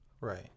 Right